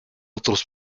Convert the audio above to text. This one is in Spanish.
otros